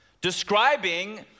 describing